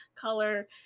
color